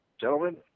Gentlemen